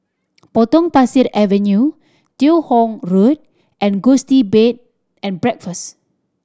Potong Pasir Avenue Teo Hong Road and Gusti Bed and Breakfast